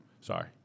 Sorry